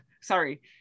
Sorry